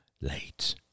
late